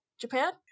Japan